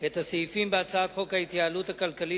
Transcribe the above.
את הסעיפים בהצעת חוק ההתייעלות הכלכלית